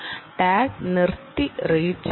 ആദ്യം ടാഗ് നിർത്തി റീഡ് ചെയ്യാം